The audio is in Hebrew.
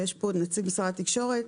ויש פה נציג משרד התקשורת.